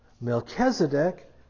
Melchizedek